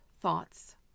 thoughts